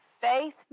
Faith